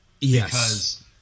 Yes